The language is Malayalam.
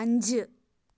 അഞ്ച്